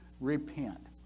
repent